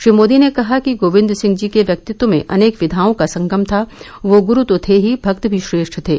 श्री मोदी ने कहा कि गोविंद सिंह जी के व्यक्तित्व में अनेक विधाओं का संगम था वो गुरू तो थे ही भक्त भी श्रेष्ठ थे